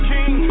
King